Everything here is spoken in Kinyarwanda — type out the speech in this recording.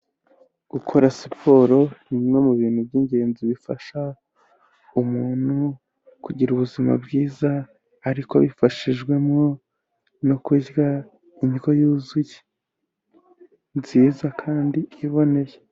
Gukora siporo ni imwe mu bintu by'ingenzi bifasha umuntu kugira ubuzima bwiza ariko abifashijwemo no kurya indyo yuzuye nziza kandi iboneye.